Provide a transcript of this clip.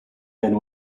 men